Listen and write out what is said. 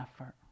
effort